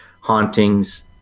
hauntings